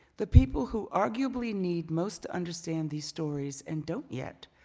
the people who arguably need most to understand these stories and don't yet,